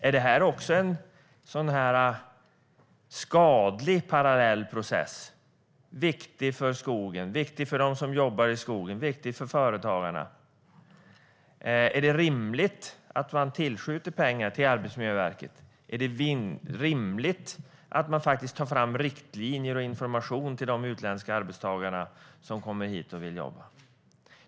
Är det också en sådan här skadlig parallell process? Den är viktig för skogen, för dem som jobbar i skogen och för företagarna. Är det rimligt att man tillskjuter pengar till Arbetsmiljöverket? Är det rimligt att man faktiskt tar fram riktlinjer och information till de utländska arbetstagare som kommer hit och vill jobba?